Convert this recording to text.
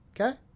Okay